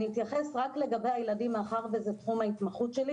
אני אתייחס רק לילדים מאחר שזה תחום ההתמחות שלי